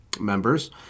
members